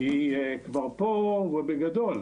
היא כבר פה ובגדול.